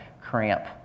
cramp